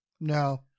No